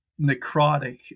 necrotic